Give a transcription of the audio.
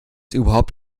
überhaupt